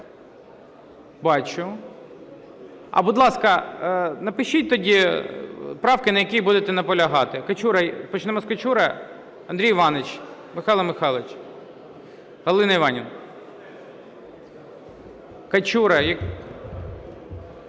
бачу. Будь ласка, напишіть тоді правки, на яких будете наполягати. Качура, почнемо з Качури. Андрій Іванович, Михайло Михайлович, Галина Іванівна. Качура.